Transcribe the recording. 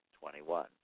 Twenty-one